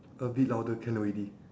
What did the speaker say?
a bit louder can already